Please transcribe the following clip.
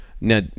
now